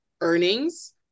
earnings